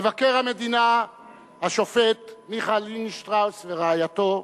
מבקר המדינה השופט מיכה לינדנשטראוס ורעייתו,